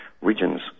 regions